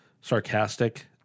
sarcastic